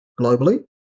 globally